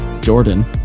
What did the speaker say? Jordan